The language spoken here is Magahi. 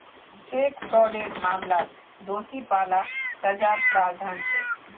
चेक फ्रॉडेर मामलात दोषी पा ल सजार प्रावधान छेक